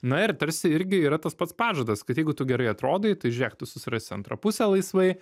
na ir tarsi irgi yra tas pats pažadas kad jeigu tu gerai atrodai tai žiūrėk tu susirasti antrą pusę laisvai